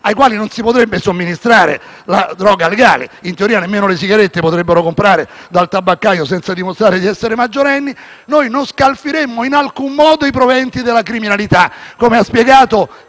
ai quali non si potrebbe somministrare la droga legale (in teoria, nemmeno le sigarette potrebbero comprare dal tabaccaio senza dimostrare di essere maggiorenni), noi non scalfiremmo in alcun modo i proventi della criminalità, come ha spiegato